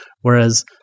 whereas